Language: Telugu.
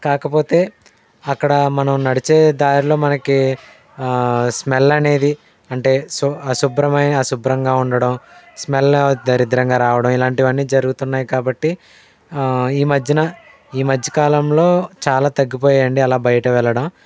కాకపొతే అక్కడ మనం నడిచే దారిలో మనకి స్మెల్ అనేది అంటే శు అశుభ్రమైన అశుభ్రంగా ఉండడం స్మెల్ దరిద్రంగా రావడం ఇలాంటివన్నీ జరుగుతున్నాయి కాబట్టి ఈ మధ్యన ఈ మధ్యకాలంలో చాలా తగ్గిపోయాయి అండి అలా బయటకు వెళ్ళడం